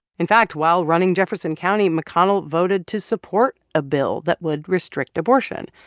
in fact, while running jefferson county, mcconnell voted to support a bill that would restrict abortion,